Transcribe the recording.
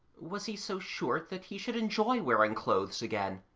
was he so sure that he should enjoy wearing clothes again?